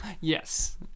Yes